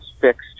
fixed